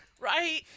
Right